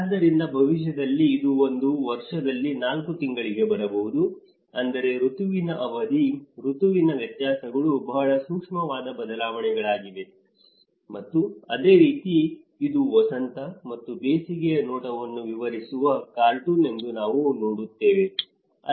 ಆದ್ದರಿಂದ ಭವಿಷ್ಯದಲ್ಲಿ ಇದು ಒಂದು ವರ್ಷದಲ್ಲಿ 4 ತಿಂಗಳಿಗೆ ಬರಬಹುದು ಅಂದರೆ ಋತುವಿನ ಅವಧಿ ಋತುವಿನ ವ್ಯತ್ಯಾಸಗಳು ಬಹಳ ಸೂಕ್ಷ್ಮವಾದ ಬದಲಾವಣೆಗಳಾಗಿವೆ ಮತ್ತು ಅದೇ ರೀತಿ ಇದು ವಸಂತ ಮತ್ತು ಬೇಸಿಗೆಯ ನೋಟವನ್ನು ವಿವರಿಸುವ ಕಾರ್ಟೂನ್ ಎಂದು ನಾವು ನೋಡುತ್ತೇವೆ